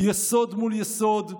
יסוד מול יסוד,